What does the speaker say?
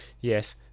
Yes